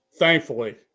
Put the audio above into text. thankfully